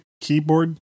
keyboard